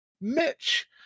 Mitch